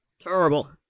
terrible